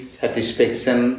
satisfaction